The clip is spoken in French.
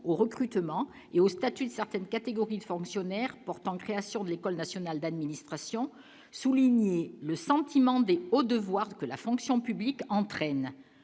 au recrutement et au statut de certaines catégories de fonctionnaires portant création de l'École nationale d'administration souligner le sentiment B. au de voir que la fonction publique entraîne